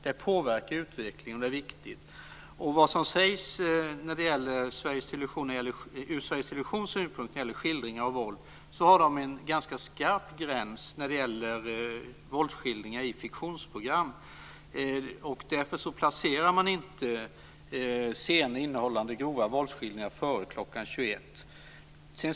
Det påverkar utvecklingen, och det är viktigt. Vad som sägs ur Sveriges Televisions synpunkt när det gäller skildringar av våld innebär en ganska skarp gräns för sådana skildringar i fiktionsprogram. Därför placerar man inte scener innehållande grova våldsskildringar före kl. 21.